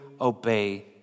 obey